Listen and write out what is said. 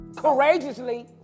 Courageously